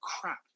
crap